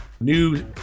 New